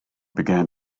began